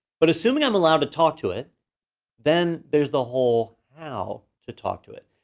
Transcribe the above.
but assuming i'm allowed to talk to it then there's the whole how to talk to it.